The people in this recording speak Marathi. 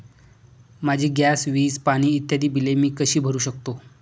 माझी गॅस, वीज, पाणी इत्यादि बिले मी कशी भरु शकतो?